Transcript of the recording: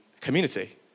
community